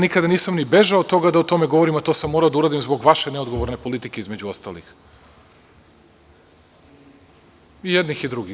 Nikada nisam bežao od toga da o tome govorim, a to sam morao da uradim zbog vaše neodgovorne politike, između ostalog, i jednih i drugih.